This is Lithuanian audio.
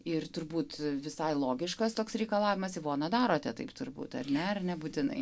ir turbūt visai logiškas toks reikalavimas ivona darote taip turbūt ar net nebūtinai